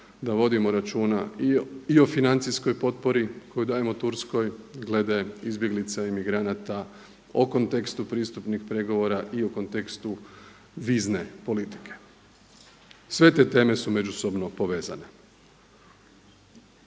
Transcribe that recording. da vodimo računa i o financijskoj potpori koju dajemo Turskoj glede izbjeglica i migranata o kontekstu pristupnih pregovora i o kontekstu pristupnih pregovora i o kontekstu vizne politike. Sve te teme su međusobno povezane.